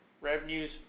revenues